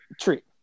treat